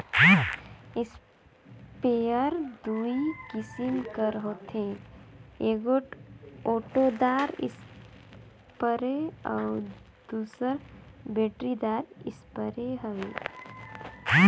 sprayer दूई किसिम कर होथे एगोट ओटेदार इस्परे अउ दूसर बेटरीदार इस्परे हवे